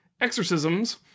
exorcisms